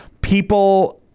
people